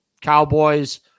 Cowboys